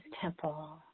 temple